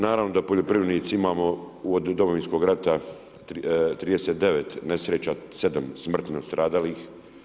Naravno da poljoprivrednici imamo od Domovinskog rata 39 nesreća, 7 smrtno stradalih.